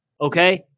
Okay